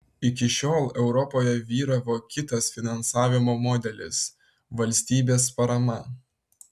iki šiol europoje vyravo kitas finansavimo modelis valstybės parama